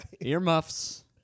Earmuffs